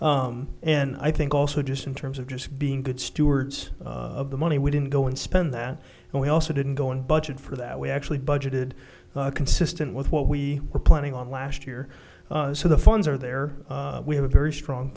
that and i think also just in terms of just being good stewards of the money we didn't go and spend that and we also didn't go in budget for that we actually budgeted consistent with what we were planning on last year so the funds are there we have a very strong